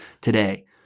today